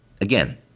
Again